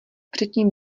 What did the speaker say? předtím